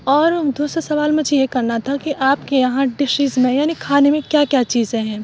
اور دوسرا سوال مجھے یہ کرنا تھا کہ آپ کے یہاں ڈشز میں یعنی کھانے میں کیا کیا چیزیں ہیں